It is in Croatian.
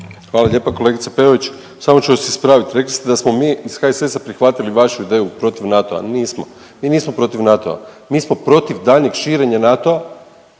Hvala lijepo. Kolegice Peović, samo ću vas ispraviti. Rekli ste da smo mi iz HSS-a prihvatili vašu ideju protiv NATO-a. Nismo, mi nismo protiv NATO-a, mi smo protiv daljnjeg širenja NATO-a